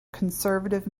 conservative